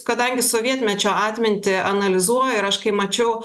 kadangi sovietmečio atmintį analizuoju ir aš kai mačiau